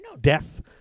death